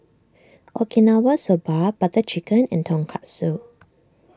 Okinawa Soba Butter Chicken and Tonkatsu